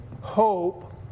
hope